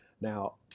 Now